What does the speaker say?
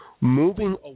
Moving